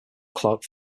clark